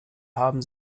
haben